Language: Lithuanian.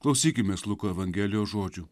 klausykimės luko evangelijos žodžių